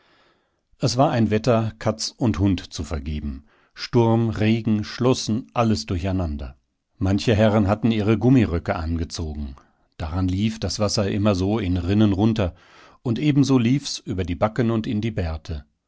es war ein wetter katz und hund zu vergeben sturm regen schloßen alles durcheinander manche herren hatten ihre gummiröcke angezogen daran lief das wasser immer so in rinnen runter und ebenso lief's über die backen und in die barte